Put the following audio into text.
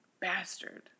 Bastard